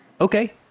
Okay